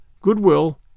goodwill